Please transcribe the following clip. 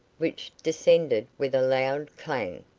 which descended with a loud clang,